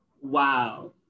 Wow